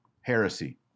heresy